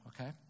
okay